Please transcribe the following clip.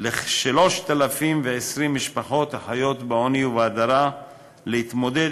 לכ-3,020 משפחות החיות העוני ובהדרה להתמודד